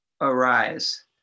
arise